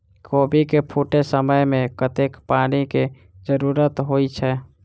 कोबी केँ फूटे समय मे कतेक पानि केँ जरूरत होइ छै?